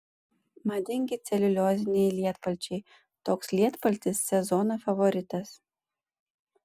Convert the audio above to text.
madingi celiulioziniai lietpalčiai toks lietpaltis sezono favoritas